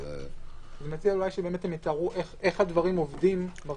אני מציע שהם יתארו איך הדברים עובדים ברמה הזו.